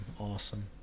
awesome